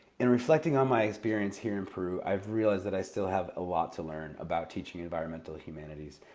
in reflecting on my experience here in peru, i've realized that i still have a lot to learn about teaching environmental humanities,